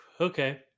Okay